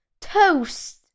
toast